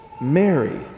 Mary